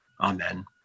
Amen